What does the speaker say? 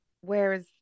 Whereas